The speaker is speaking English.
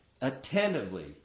attentively